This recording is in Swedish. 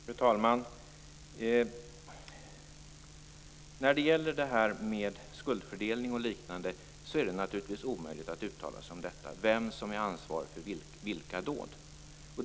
Fru talman! Det är naturligtvis omöjligt att uttala sig om skuldfördelningen, dvs. vem som är ansvarig för de olika dåden.